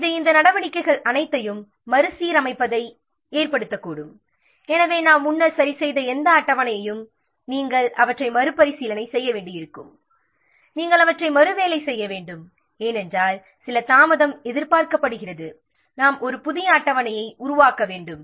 இது இந்த அட்டவணைகள் அனைத்தையும் மறுசீரமைக கூடும் எனவே நாம் முன்னர் சரிசெய்த அனைத்து அட்டவணையும் மறுபரிசீலனை செய்ய வேண்டியிருக்கும் ஏனென்றால் சில தாமதம் எதிர்பார்க்கப்படுகிறது அதனால் நாம் ஒரு புதிய அட்டவணையை உருவாக்க வேண்டும்